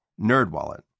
NerdWallet